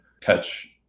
catch